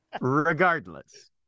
Regardless